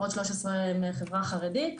עוד 13,000 מהחברה החרדית,